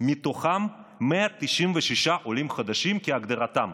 ומתוכם 196 עולים חדשים כהגדרתם,